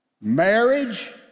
Marriage